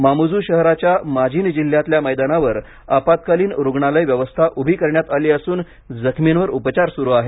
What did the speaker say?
Mamuju शहराच्या Majene जिल्ह्यातल्या मैदानावर आपत्कालीन रुग्णालय व्यवस्था उभी करण्यात आली असून जखमींवर उपचार सुरू आहेत